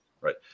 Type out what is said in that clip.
right